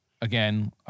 again